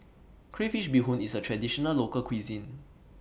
Crayfish Beehoon IS A Traditional Local Cuisine